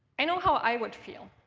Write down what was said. i know how i would feel.